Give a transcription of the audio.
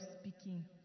speaking